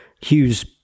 Hughes